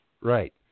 Right